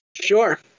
Sure